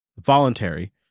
voluntary